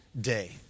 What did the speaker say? day